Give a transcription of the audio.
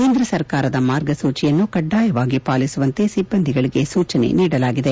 ಕೇಂದ್ರ ಸರ್ಕಾರದ ಮಾರ್ಗಸೂಚಿಯನ್ನು ಕಡ್ಡಾಯವಾಗಿ ಪಾಲಿಸುವಂತೆ ಸಿಬ್ಲಂದಿಗಳಿಗೆ ಸೂಚನೆ ನೀಡಲಾಗಿದೆ